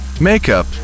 makeup